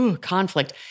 conflict